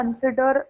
consider